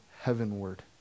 heavenward